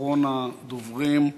אחרון הדוברים,